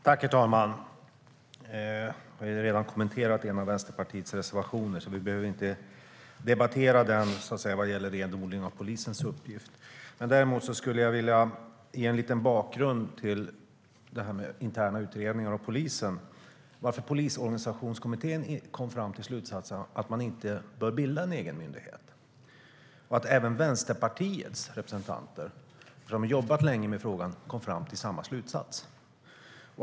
Herr talman! Jag har redan kommenterat en av Vänsterpartiets motioner, så vi behöver inte debattera renodlingen av polisens uppgifter. Däremot skulle jag vilja ge en liten bakgrund till det här med interna utredningar av polisen. Polisorganisationskommittén kom fram till slutsatsen att en egen myndighet inte bör bildas, och Vänsterpartiets representanter - som har jobbat länge med frågan - kom fram till samma slutsats.